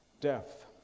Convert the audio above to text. death